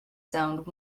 zoned